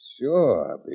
Sure